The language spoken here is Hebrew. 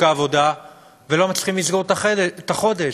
העבודה ולא מצליחים לסגור את החודש?